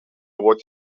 what